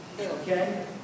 okay